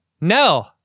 No